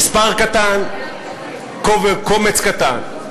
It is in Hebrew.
מספר קטן, קומץ קטן.